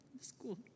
school